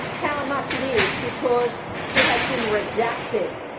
how much, it is because it has been redacted.